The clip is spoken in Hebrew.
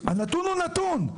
הנתון הוא נתון.